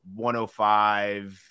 105